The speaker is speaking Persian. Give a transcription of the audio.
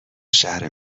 شهر